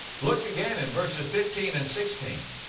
look again in verses fifteen and sixteen.